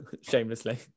shamelessly